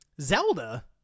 Zelda